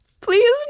Please